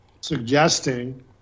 suggesting